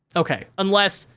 okay, unless,